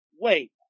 wait